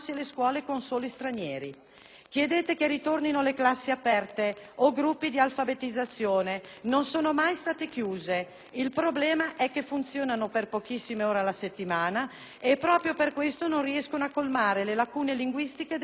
Chiedete che ritornino le classi aperte o gruppi di alfabetizzazione: non sono mai state chiuse. Il problema è che funzionano per pochissime ore alla settimana e proprio per questo non riescono a colmare le lacune linguistiche degli alunni stranieri;